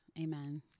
Amen